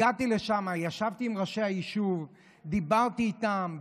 הגעתי לשם, ישבתי עם ראשי היישוב ודיברתי איתם.